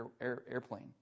airplane